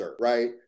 right